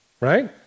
right